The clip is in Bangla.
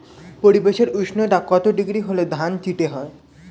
পরিবেশের উষ্ণতা কত ডিগ্রি হলে ধান চিটে হয়?